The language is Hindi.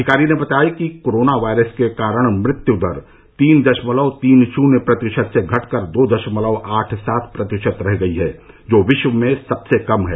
अधिकारी ने बताया कि कोरोना वायरस के कारण मृत्यु दर तीन दशमलव तीन शुन्य प्रतिशत से घट कर दो दशमलव आठ सात प्रतिशत रह गई है जो विश्व में सबसे कम है